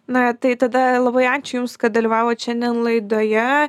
na tai tada labai ačiū jums kad dalyvavot šiandien laidoje